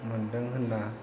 मोनदों होनना